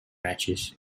matches